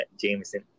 Jameson